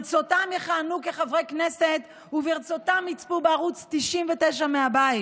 ברצותם יכהנו כחברי כנסת וברצותם יצפו בערוץ 99 מהבית?